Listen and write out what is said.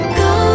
go